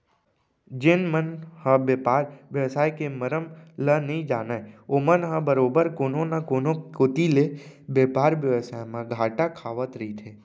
जेन मन ह बेपार बेवसाय के मरम ल नइ जानय ओमन ह बरोबर कोनो न कोनो कोती ले बेपार बेवसाय म घाटा खावत रहिथे